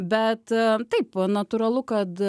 bet taip natūralu kad